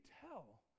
tell